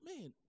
man